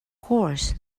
course